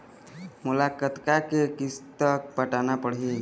मोला कतका के किस्त पटाना पड़ही?